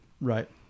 Right